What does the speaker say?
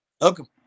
Welcome